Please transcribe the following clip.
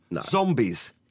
Zombies